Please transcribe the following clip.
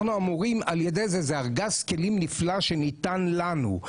זה ארגז כלים נפלא שניתן לנו.